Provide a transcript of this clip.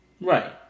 Right